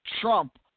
trump